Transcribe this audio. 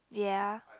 yeah